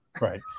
right